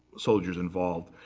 soldiers involved.